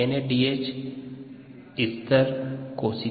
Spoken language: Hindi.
एनएडीएच प्रतिदीप्त उत्पन्न करने में सक्षम है जबकि एन ए डी नहीं है